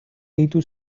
deitu